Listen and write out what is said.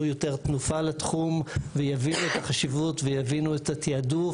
יותר תנופה לתחום ויבינו את החשיבות ויבינו את התעדוף